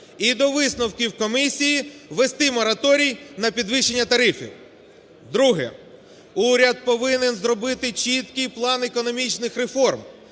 І до висновків комісії ввести мораторій на підвищення тарифів. Друге. Уряд повинен зробити чіткий план економічних реформ